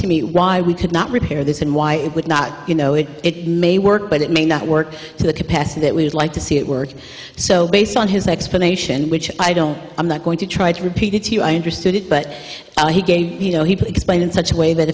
to me why we could not repair this and why it would not you know it it may work but it may not work to the capacity that we would like to see it work so based on his explanation which i don't i'm not going to try to repeat it to you i understood it but he gave you know he explained in such a way that